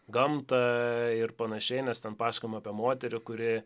gamtą ir panašiai nes ten pasakojama apie moterį kuri